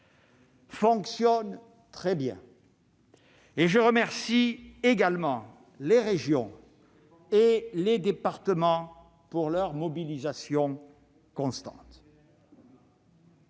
fonctionne très bien. Je remercie également les régions et les départements de leur mobilisation constante.